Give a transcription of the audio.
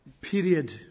period